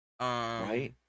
Right